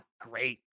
great